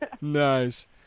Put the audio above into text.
Nice